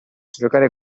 giocare